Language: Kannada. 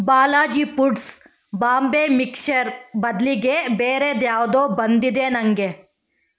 ಬಾಲಾಜಿ ಪುಡ್ಸ್ ಬಾಂಬೆ ಮಿಕ್ಶರ್ ಬದಲಿಗೆ ಬೇರೆದುಯಾವ್ದೋ ಬಂದಿದೆ ನಂಗೆ